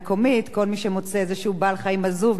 כל מי שמוצא איזשהו בעל-חיים עזוב, מביא לי,